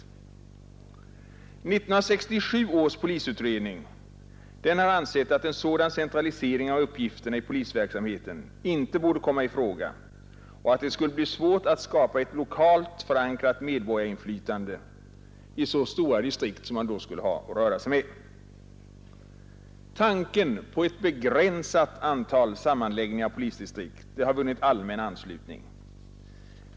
1967 års polisutredning ansåg emellertid att en sådan centralisering av uppgifterna i polisverksamheten inte borde komma i fråga och att det skulle bli svårt att skapa ett lokalt förankrat medborgarinflytande i så stora distrikt som man då skulle ha att röra sig med. Tanken på ett begränsat antal sammanläggningar av polisdistrikt har vunnit allmän anslutning.